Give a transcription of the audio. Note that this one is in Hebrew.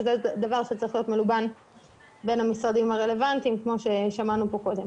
שזה דבר שצריך להיות מלובן בין המשרדים הרלוונטיים כמו ששמענו קודם.